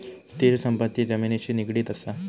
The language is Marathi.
स्थिर संपत्ती जमिनिशी निगडीत असा